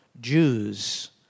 Jews